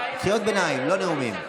קריאות ביניים, לא נאומים.